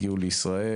הגיעו לישראל,